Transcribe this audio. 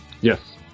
Yes